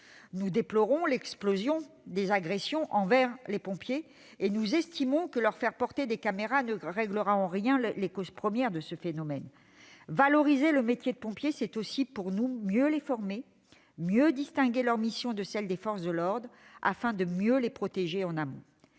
Nous déplorons l'explosion des agressions envers les pompiers et nous estimons que leur faire porter des caméras ne réglera en rien les causes premières de ce phénomène. Valoriser le métier de pompier, c'est aussi, selon nous, mieux les former et mieux distinguer leurs missions de celles des forces de l'ordre afin de mieux les protéger en amont.